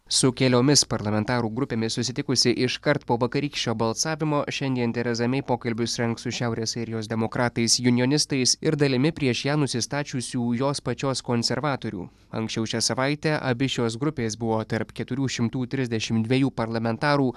su keliomis parlamentarų grupėmis susitikusi iškart po vakarykščio balsavimo šiandien tereza mei pokalbius rengs su šiaurės airijos demokratais junionistais ir dalimi prieš ją nusistačiusių jos pačios konservatorių anksčiau šią savaitę abi šios grupės buvo tarp keturių šimtų trisdešim dviejų parlamentarų